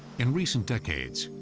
in recent decades,